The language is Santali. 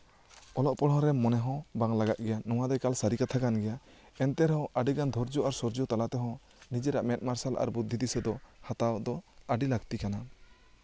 ᱚᱞᱚᱜ ᱯᱟᱲᱦᱟᱜ ᱨᱮ ᱢᱚᱱᱮ ᱦᱚᱸ ᱵᱟᱝ ᱞᱟᱜᱟᱜ ᱜᱮᱭᱟ ᱱᱚᱣᱟ ᱫᱚ ᱮᱠᱟᱞ ᱥᱟᱨᱤ ᱠᱟᱛᱷᱟ ᱠᱟᱱ ᱜᱮᱭᱟ ᱮᱱᱛᱮ ᱨᱮᱦᱚᱸ ᱟᱹᱰᱤ ᱜᱟᱱ ᱫᱷᱳᱨᱡᱚ ᱟᱨ ᱥᱳᱨᱡᱚ ᱛᱟᱞᱟ ᱛᱮᱦᱚᱸ ᱱᱤᱡᱮᱨᱟᱜ ᱢᱮᱜ ᱢᱟᱨᱥᱟᱞ ᱟᱨ ᱵᱩᱫᱽᱫᱷᱤ ᱫᱤᱥᱟᱹ ᱫᱚ ᱦᱟᱛᱟᱣ ᱫᱚ ᱟᱹᱰᱤ ᱞᱟᱹᱠᱛᱤ ᱠᱟᱱᱟ